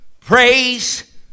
praise